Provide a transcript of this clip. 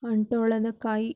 ಅಂಟ್ವಾಳದ ಕಾಯಿ